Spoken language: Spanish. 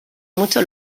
mucho